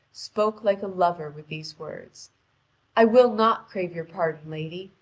spoke like a lover with these words i will not crave your pardon, lady,